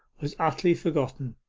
was utterly forgotten.